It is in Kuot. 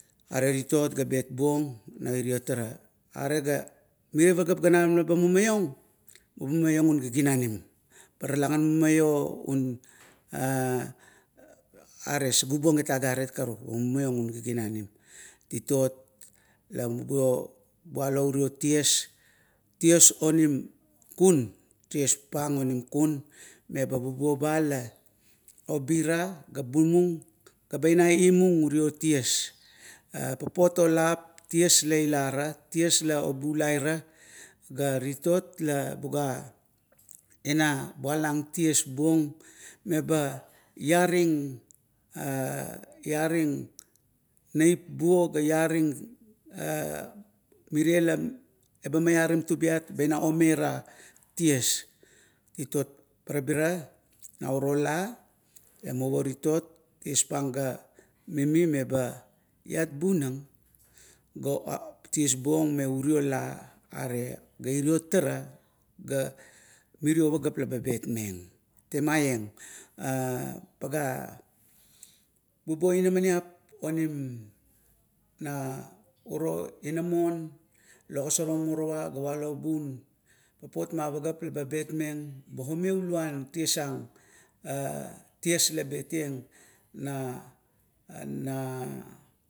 Are titot la bek buong na irio tara. Are ga, mire pageap ganam laba mumaiong, ba mumaiong ungiginanim. Pa talagan mumaio un a, are sagubuong agarit karuk. Ba mumaiong un giginanim. Titot la bubuo bualo irio ties, ties onim kun, ties pang kun onim meba bubuo ba la obira ga bumung meba ina imung urio ties. Papot nalap ties la ilara, ties la obulaira ga titot la buga ina bualang ties buong eba iaring a mirie la ba ina miaring tubat omaira ties. Titot parabira nauro la lamuvo titot ties pang ga mimi meba iat bunang ga ties buong me urio la, ara ga iro tara ga mirio pageap laba betmeng. Temaieng a pagara, bubuo inaman nauro la ogosorong morowa ga walo bun. Papot ma pageap laba betmeng gaba omeuluan ties ang a ties la betieng na, na.